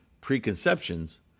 preconceptions